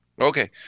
Okay